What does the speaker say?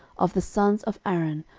of the sons of aaron,